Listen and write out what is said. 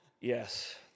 Yes